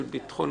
גם זה וגם זה.